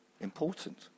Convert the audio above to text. Important